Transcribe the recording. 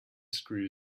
screw